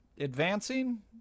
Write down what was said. Advancing